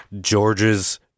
George's